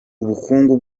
ubukungu